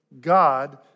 God